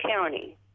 county